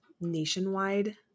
nationwide